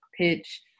pitch